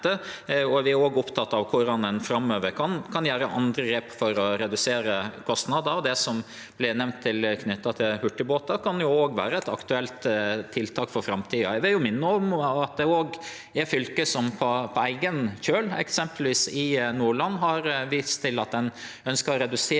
vi er opptekne av korleis ein framover kan gjere andre grep for å redusere kostnader. Det som vert nemnt knytt til hurtigbåtar, kan vere eit aktuelt tiltak for framtida. Eg vil minne om at det er fylke som på eigen kjøl, eksempelvis Nordland, har vist til at ein ønskjer å redusere